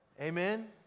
Amen